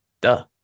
Duh